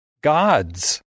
Gods